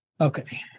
Okay